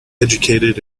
educated